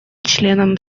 членам